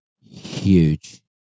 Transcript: huge